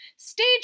Stage